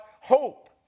hope